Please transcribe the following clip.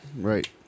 Right